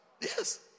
yes